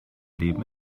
leben